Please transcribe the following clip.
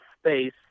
space